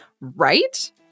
Right